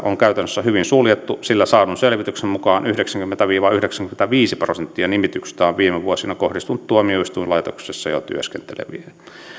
on käytännössä hyvin suljettu sillä saadun selvityksen mukaan yhdeksänkymmentä viiva yhdeksänkymmentäviisi prosenttia nimityksistä on viime vuosina kohdistunut tuomioistuinlaitoksessa jo työskenteleviin